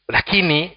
Lakini